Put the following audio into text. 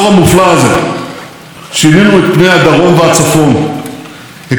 הקמנו יישובים ושכונות, בתי ספר, מוקדי תעסוקה,